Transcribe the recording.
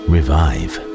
Revive